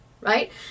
right